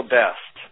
best